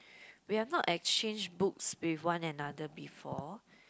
we have not exchange books with one another before